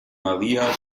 maria